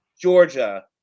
Georgia